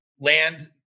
land